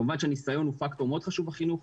כמובן שניסיון הוא פקטור מאוד חשוב בחינוך,